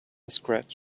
scratch